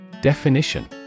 Definition